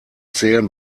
zählen